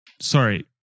Sorry